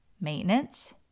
maintenance